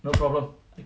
no problem